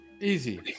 easy